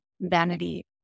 vanity